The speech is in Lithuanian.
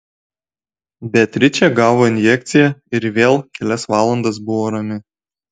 beatričė gavo injekciją ir vėl kelias valandas buvo rami